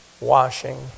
washing